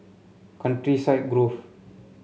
Countryside Grove